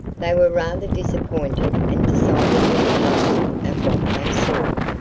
they were rather disappointed and decidedly puzzled at what they saw.